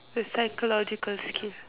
the psychological skill